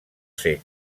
ser